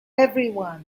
everyone